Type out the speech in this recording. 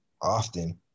often